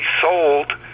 sold